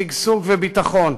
שגשוג וביטחון,